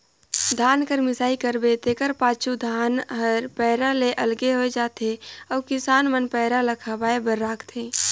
धान कर मिसाई करबे तेकर पाछू धान हर पैरा ले अलगे होए जाथे अउ किसान मन पैरा ल खवाए बर राखथें